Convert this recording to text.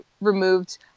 removed